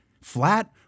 flat